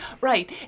right